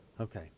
Okay